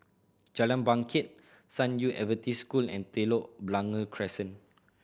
Jalan Bangket San Yu Adventist School and Telok Blangah Crescent